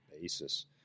basis